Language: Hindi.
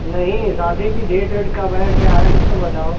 नहीं शादी की डेट वेट कब है क्या है कुछ तो बताओ